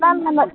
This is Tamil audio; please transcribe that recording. மேம் நம்ம